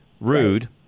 rude